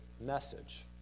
message